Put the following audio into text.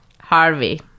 Harvey